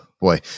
Boy